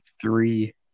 three